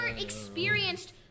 experienced